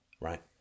Right